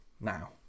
now